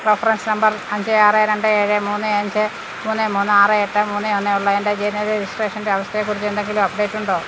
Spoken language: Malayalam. റെഫറൻസ് നമ്പർ അഞ്ച് ആറ് രണ്ട് ഏഴ് മൂന്ന് അഞ്ച് മൂന്ന് മൂന്ന് ആറ് എട്ട് മൂന്ന് ഒന്ന് ഉള്ളതിൻ്റെ ജനന രജിസ്ട്രേഷൻ്റെ അവസ്ഥയെക്കുറിച്ച് എന്തെങ്കിലും അപ്ഡേറ്റ് ഉണ്ടോ